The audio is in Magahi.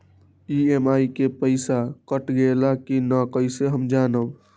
ई.एम.आई के पईसा कट गेलक कि ना कइसे हम जानब?